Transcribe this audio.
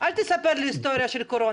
אל תספר לי את ההיסטוריה של הקורונה,